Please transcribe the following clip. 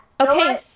okay